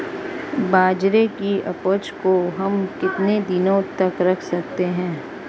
बाजरे की उपज को हम कितने दिनों तक रख सकते हैं?